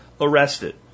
arrested